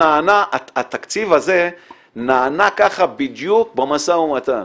התקציב הזה נענה ככה בדיוק במשא ומתן,